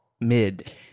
Mid